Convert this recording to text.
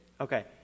Okay